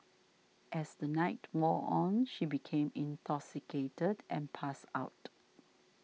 as the night wore on she became intoxicated and passed out